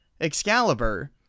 Excalibur